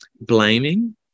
blaming